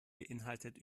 beeinhaltet